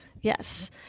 Yes